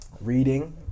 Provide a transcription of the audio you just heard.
Reading